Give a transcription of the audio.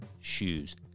shoes